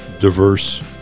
diverse